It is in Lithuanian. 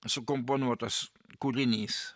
sukomponuotas kūrinys